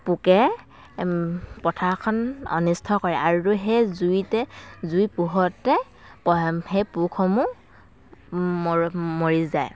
পোকে পথাৰখন অনিষ্ট কৰে আৰু সেই জুইতে জুইৰ পোহৰতে প সেই পোকসমূহ মৰ মৰি যায়